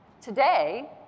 today